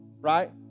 Right